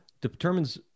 determines